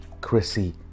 Chrissy